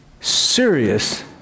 Serious